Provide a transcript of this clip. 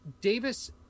davis